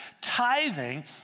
Tithing